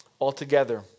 altogether